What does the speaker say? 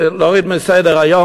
להוריד מסדר-היום,